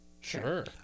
Sure